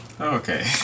Okay